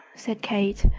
said kate.